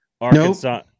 Arkansas